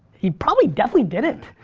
he probably definitely didn't.